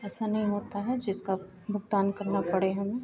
ऐसा नहीं होता है जिसका भुगतान करना पड़े हमें